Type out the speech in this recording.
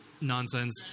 nonsense